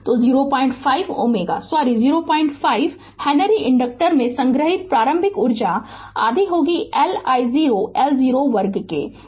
तो 05 Ω sorry 05 henry inductor में संग्रहीत प्रारंभिक ऊर्जा आधा L I0 L 0 वर्ग है